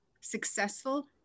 successful